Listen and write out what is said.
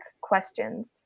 questions